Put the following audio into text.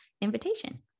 invitation